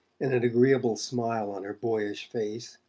and an agreeable smile on her boyish face,